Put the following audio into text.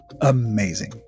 Amazing